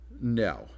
no